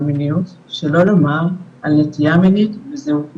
מיניות שלא לומר על נטייה מינית וזהות מגדרית.